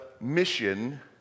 mission